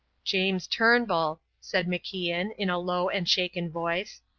james turnbull, said macian, in a low and shaken voice,